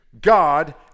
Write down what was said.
God